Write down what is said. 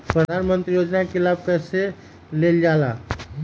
प्रधानमंत्री योजना कि लाभ कइसे लेलजाला?